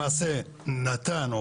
למעשה נתן,